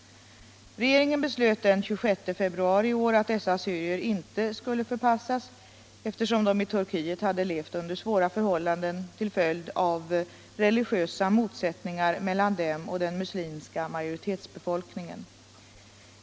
Regeringen beslöt den 26 februari i år att dessa assyrier inte skulle förpassas, eftersom de i Turkiet hade levt under svåra förhållanden till följd av religiösa motsättningar mellan dem och den muslimska majoritetsbefolkningen.